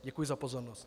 Děkuji za pozornost.